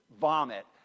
vomit